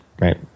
right